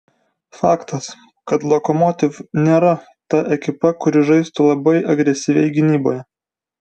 faktas kad lokomotiv nėra ta ekipa kuri žaistų labai agresyviai gynyboje